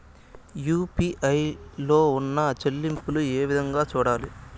UPI లో ఉన్న చెల్లింపులు ఏ విధంగా సూడాలి